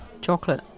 Chocolate